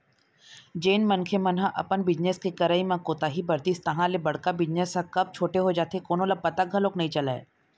जेन मनखे मन ह अपन बिजनेस के करई म कोताही बरतिस तहाँ ले बड़का बिजनेस ह कब छोटे हो जाथे कोनो ल पता घलोक नइ चलय